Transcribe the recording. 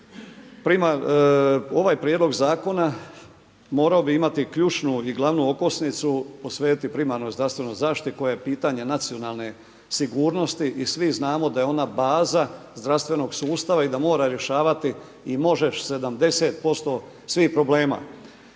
ovaj Prijedlog zakona morao bi imati ključnu i glavnu okosnicu posvetiti primarnoj zdravstvenoj zaštiti koja je pitanje nacionalne sigurnosti i svi znamo da je ona baza zdravstvenog sustava i da može rješavati i može 70% svih problema.